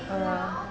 err